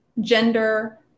gender